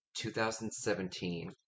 2017